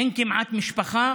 אין כמעט משפחה